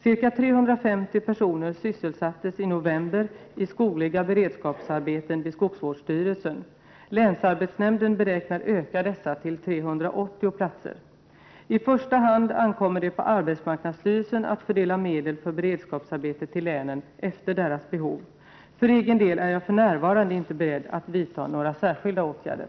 Ca 350 personer sysselsattes i november i skogliga beredskapsarbeten vid skogsvårdsstyrelsen. Länsarbetsnämnden beräknar öka dessa till 380 platser. I första hand ankommer det på arbetsmarknadsstyrelsen att fördela medel för beredskapsarbete till länen efter deras behov. För egen del är jag för närvarande inte beredd att vidta några särskilda åtgärder.